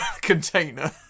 container